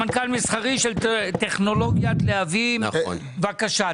הצמצומים של להבי הקומפרסור,